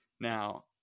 now